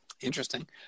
interesting